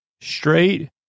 straight